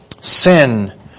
Sin